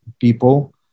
people